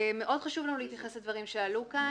מאוד חשוב לנו להתייחס לדברים שעלו כאן